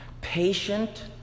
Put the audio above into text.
Patient